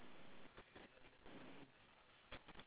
oh no I don't have any pears dropping